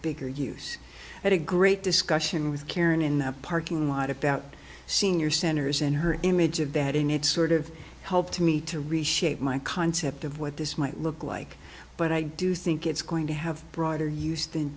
bigger use at a great discussion with karen in the parking lot about senior centers in her image of that in it's sort of help to me to reshape my concept of what this might look like but i do think it's going to have broader use than